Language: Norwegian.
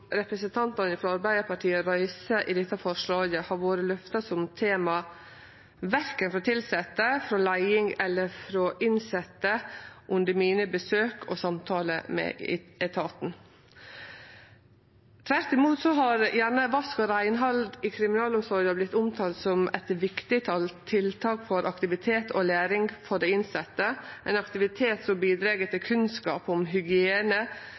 representantane frå Arbeidarpartiet reiser i dette forslaget, har vore løfta som tema, verken frå tilsette, frå leiing eller frå innsette under mine besøk og samtaler med etaten. Tvert imot har gjerne vask og reinhald i kriminalomsorga vorte omtalt som eit viktig tiltak for aktivitet og læring for dei innsette, ein aktivitet som bidreg til kunnskap om